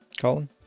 Colin